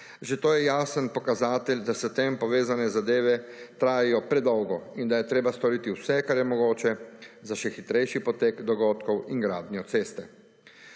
Že to je jasen pokazatelj, da s tem povezane zadeve trajajo predolgo in da je treba storiti vse, kar je mogoče, za še hitrejši potek dogodkov in gradnjo ceste.